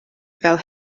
fel